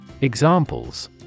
Examples